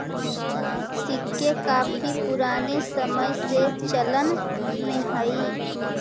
सिक्के काफी पूराने समय से चलन में हई